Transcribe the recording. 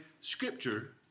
Scripture